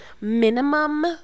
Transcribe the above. minimum